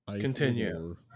Continue